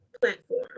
platform